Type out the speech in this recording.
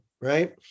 right